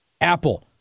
apple